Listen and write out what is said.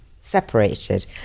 separated